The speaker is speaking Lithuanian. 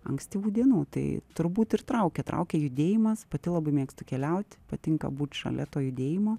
ankstyvų dienų tai turbūt ir traukia traukia judėjimas pati labai mėgstu keliauti patinka būt šalia to judėjimo